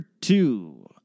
two